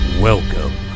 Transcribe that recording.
Welcome